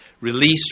release